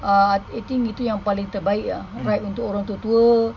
uh I think itu yang paling terbaik ah ride untuk orang tua-tua